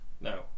No